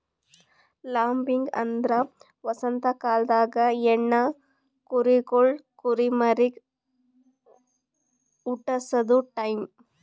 lambing ಅಂದ್ರ ವಸಂತ ಕಾಲ್ದಾಗ ಹೆಣ್ಣ ಕುರಿಗೊಳ್ ಕುರಿಮರಿಗ್ ಹುಟಸದು ಟೈಂ